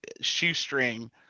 shoestring